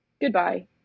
Goodbye